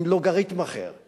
עם לוגריתם אחר,